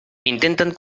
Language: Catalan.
intenten